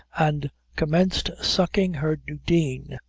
and commenced sucking her dudeen,